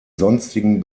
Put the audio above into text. sonstigen